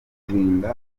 kurinda